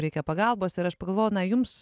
reikia pagalbos ir aš pagalvojau na jums